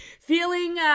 Feeling